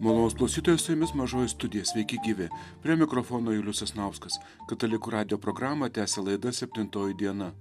malonūs klausytojai su jumis mažoji studija sveiki gyvi prie mikrofono julius sasnauskas katalikų radijo programą tęsia laida septintoji diena